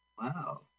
wow